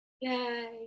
Yay